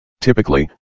Typically